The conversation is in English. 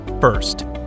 first